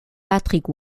patrick